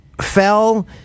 fell